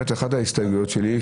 אחת ההסתייגויות שלי,